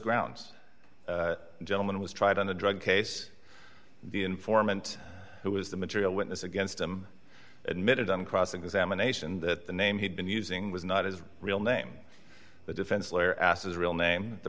grounds gentleman was tried on a drug case the informant who was the material witness against him admitted on cross examination that the name he'd been using was not his real name the defense lawyer asked his real name the